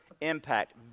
impact